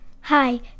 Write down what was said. Hi